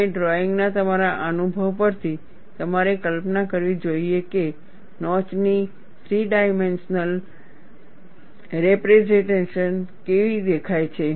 અને ડ્રોઇંગના તમારા અનુભવ પરથી તમારે કલ્પના કરવી જોઈએ કે નોચની થ્રી ડાઈમેન્શનલ રેપરેઝન્ટેશન કેવી દેખાશે